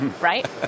Right